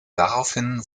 daraufhin